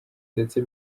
ndetse